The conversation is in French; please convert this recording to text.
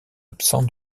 absents